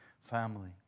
family